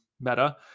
Meta